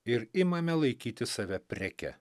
ir imame laikyti save preke